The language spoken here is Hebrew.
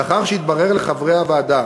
לאחר שהתברר לחברי הוועדה